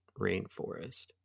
rainforest